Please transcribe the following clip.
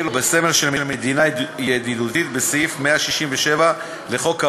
בסמל של מדינה ידידותית בסעיף 167 לחוק העונשין.